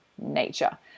nature